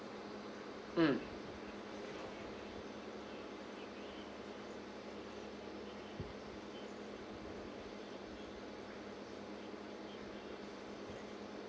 mm